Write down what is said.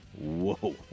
Whoa